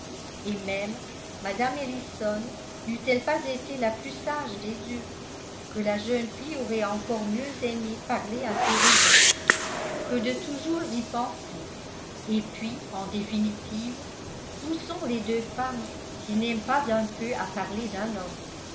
mme ellison n'eût-elle pas été la plus sage des deux que la jeune fille aurait encore mieux aimé parler un peu de lui que de toujours y penser et puis en définitive où sont les deux femmes qui n'aiment pas un peu à parler d'un homme